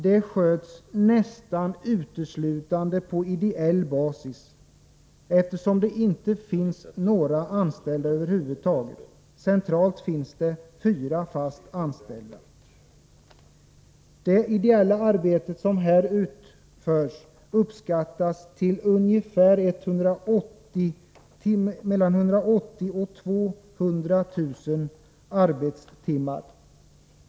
Det sköts nästan uteslutande på ideell basis, eftersom det över huvud taget inte finns några anställda — centralt finns det fyra fast anställda. Det ideella arbete som här utförs uppskattas till 180 000-200 000 arbetstimmar.